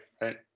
right